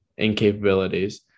incapabilities